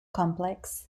complex